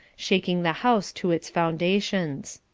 shaking the house to its foundations.